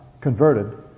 converted